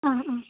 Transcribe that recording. ആ ആ